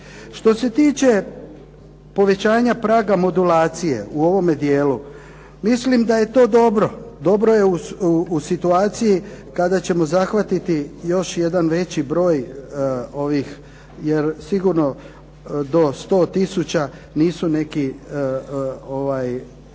Što se tiče povećanja praga modulacije u ovome dijelu mislim da je to dobro. Dobro je u situaciji kada ćemo zahvatiti još jedan veći broj ovih jer sigurno do 100 tisuća nisu neki